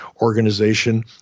organization